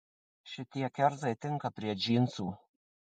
šitie kerzai tinka prie džinsų